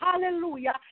hallelujah